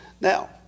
Now